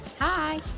Hi